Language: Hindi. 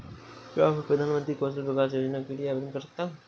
क्या मैं प्रधानमंत्री कौशल विकास योजना के लिए आवेदन कर सकता हूँ?